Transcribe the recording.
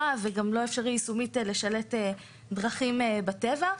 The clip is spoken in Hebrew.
וגם לא אפשרי יישומית לשלט דרכים בטבע.